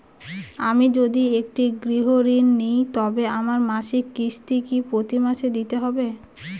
আমি যদি একটি গৃহঋণ নিই তবে আমার মাসিক কিস্তি কি প্রতি মাসে দিতে হবে?